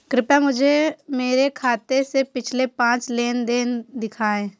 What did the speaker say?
कृपया मुझे मेरे खाते से पिछले पांच लेनदेन दिखाएं